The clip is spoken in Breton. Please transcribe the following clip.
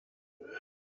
mohan